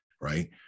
right